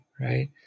Right